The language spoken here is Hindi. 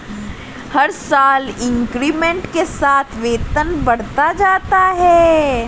हर साल इंक्रीमेंट के साथ वेतन बढ़ता जाता है